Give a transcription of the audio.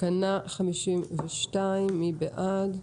תקנה 52, מי בעד?